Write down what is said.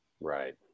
Right